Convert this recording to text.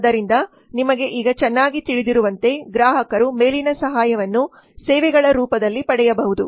ಆದ್ದರಿಂದ ನಿಮಗೆ ಈಗ ಚೆನ್ನಾಗಿ ತಿಳಿದಿರುವಂತೆ ಗ್ರಾಹಕರು ಮೇಲಿನ ಸಹಾಯವನ್ನು ಸೇವೆಗಳ ರೂಪದಲ್ಲಿ ಪಡೆಯಬಹುದು